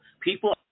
People